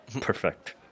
perfect